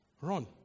run